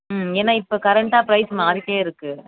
ம் ஏன்னால் இப்போ கரண்ட்டாக ப்ரைஸ் மாறிகிட்டே இருக்குது